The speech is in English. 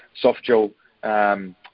soft-gel